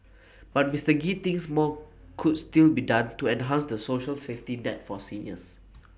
but Mister Gee thinks more could still be done to enhance the social safety net for seniors